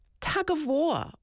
tug-of-war